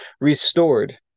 restored